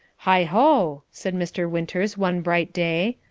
heigh ho! said mr. winters one bright day,